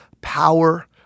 power